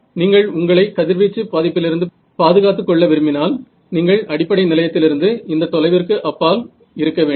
நீங்கள் உங்களை கதிர்வீச்சு பாதிப்பிலிருந்து பாதுகாத்துக் கொள்ள விரும்பினால் நீங்கள் அடிப்படை நிலையத்திலிருந்து இந்த தொலைவிற்கு அப்பால் இருக்க வேண்டும்